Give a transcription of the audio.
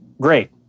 great